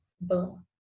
boom